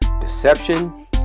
deception